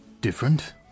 different